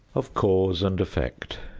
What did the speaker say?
of cause and effect.